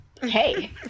hey